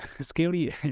scary